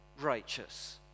righteous